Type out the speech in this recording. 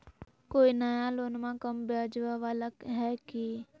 कोइ नया लोनमा कम ब्याजवा वाला हय की?